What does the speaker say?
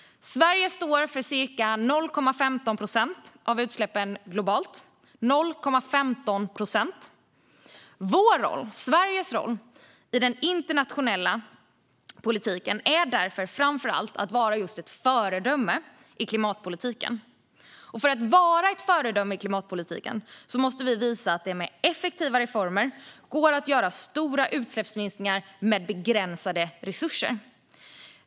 Sverige står för ca 0,15 procent av utsläppen globalt. Sveriges roll i den internationella politiken är därför framför allt att vara just ett föredöme i klimatpolitiken. För att vara ett föredöme i klimatpolitiken måste vi visa att det med effektiva reformer går att göra stora utsläppsminskningar med begränsade resurser.